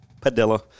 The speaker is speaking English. Padilla